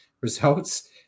results